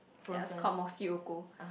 ya it's called Morskie Oko